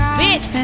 bitch